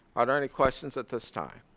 are there any questions at this time?